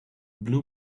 blue